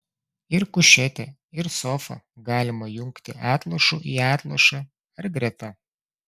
ir kušetę ir sofą galima jungti atlošu į atlošą ar greta